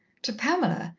to pamela,